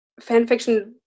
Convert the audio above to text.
fanfiction